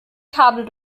kabel